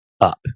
up